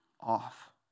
off